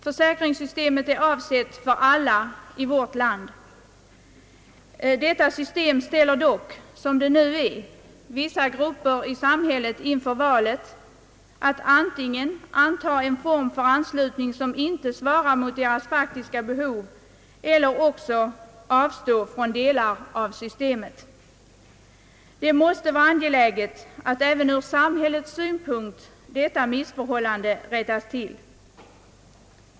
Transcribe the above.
Försäkringssystemet är avsett för alla i vårt land. Detta system ställer dock som det nu är vissa grupper i samhället inför valet att antingen anta en form för anslutningen som inte svarar mot deras faktiska behov eller också avstå från delar av systemet. Det måste vara angeläget även ur samhällets synpunkt att detta missförhållande rättas till.